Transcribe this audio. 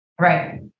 Right